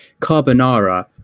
Carbonara